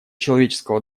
человеческого